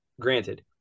granted